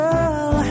Girl